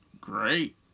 great